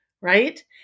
Right